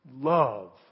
love